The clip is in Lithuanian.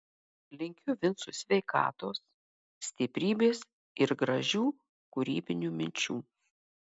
linkiu vincui sveikatos stiprybės ir gražių kūrybinių minčių